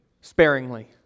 sparingly